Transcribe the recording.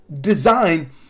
design